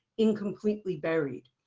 incompletely buried.